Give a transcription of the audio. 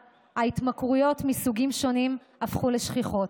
פעם אחר פעם עולה לבמה הזאת ומשמיץ ומכפיש ומשקר ברמה האישית,